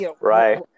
Right